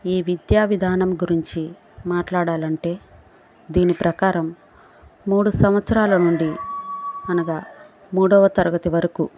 ఈ విద్యా విధానం గురించి మాట్లాడాలంటే దీని ప్రకారం మూడు సంవత్సరాల నుండి అనగా మూడొవ తరగతి వరకు